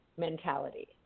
mentality